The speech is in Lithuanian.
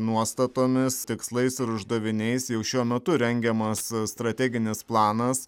nuostatomis tikslais ir uždaviniais jau šiuo metu rengiamas strateginis planas